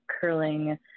curling